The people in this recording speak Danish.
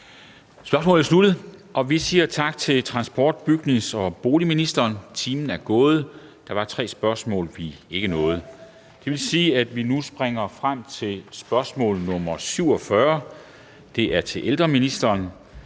Spørgsmålet er sluttet, og vi siger tak til transport-, bygnings- og boligministeren. Timen er gået, og der var tre spørgsmål, vi ikke nåede. Det vil sige, at vi nu springer frem til spørgsmål nr. 47 (spm. nr. S 340). Det er til ældreministeren